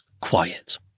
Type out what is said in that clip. quiet